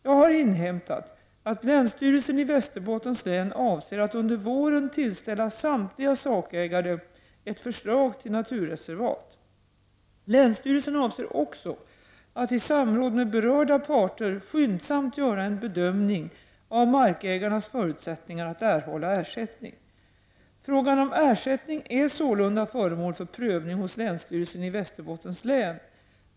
Jag har inhämtat att länsstyrelsen i Västerbottens län avser att under våren tillsätta samtliga sakägare ett förslag till naturreservat. Länsstyrelsen avser också att i samråd med berörda parter skyndsamt göra en bedömning av markägarnas förutsättningar att erhålla ersättning. Frågan om ersättning är sålunda föremål för prövning hos länsstyrelsen i Västerbottens län.